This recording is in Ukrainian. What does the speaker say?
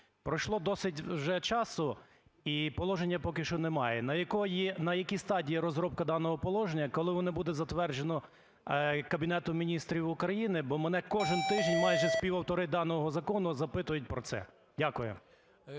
Пройшло досить вже часу, і положення поки що немає. На якій стадії розробка даного положення, коли воно буде затверджено Кабінетом Міністрів України? Бо мене кожен тиждень майже співавтори даного закону запитують про це. Дякую.